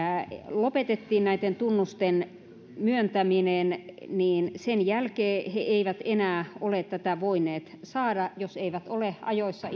lopetettiin näitten tunnusten myöntäminen niin sen jälkeen he eivät enää ole tätä voineet saada jos eivät ole ajoissa